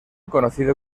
conocido